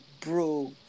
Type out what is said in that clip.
bro